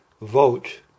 Vote